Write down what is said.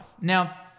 Now